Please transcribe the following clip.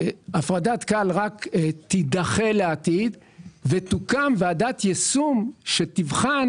שהפרדת כאל רק תידחה לעתיד ותוקם ועדת יישום שתבחן